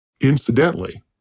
Incidentally